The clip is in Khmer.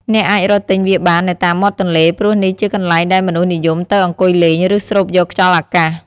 អ្នកអាចរកទិញវាបាននៅតាមមាត់ទន្លេ ព្រោះនេះជាកន្លែងដែលមនុស្សនិយមទៅអង្គុយលេង ឬស្រូបយកខ្យល់អាកាស។